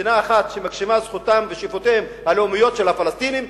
שמדינה אחת מגשימה את זכותם ואת שאיפותיהם הלאומיות של הפלסטינים,